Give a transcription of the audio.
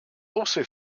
also